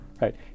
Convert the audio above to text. right